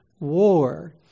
war